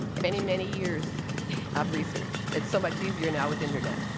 and many, many years of research. it's so much easier now with internet.